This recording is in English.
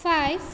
five